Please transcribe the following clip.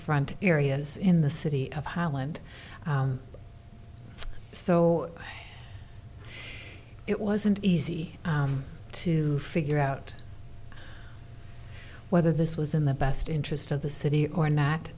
front areas in the city of highland so it wasn't easy to figure out whether this was in the best interest of the city or